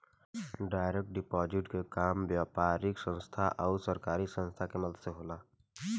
direct deposit के काम व्यापारिक संस्था आउर सरकारी संस्था के मदद से होला